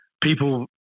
people